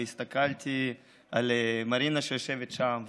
והסתכלתי על מרינה שיושבת שם,